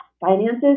finances